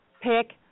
pick